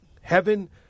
Heaven